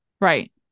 Right